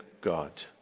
God